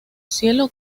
cielo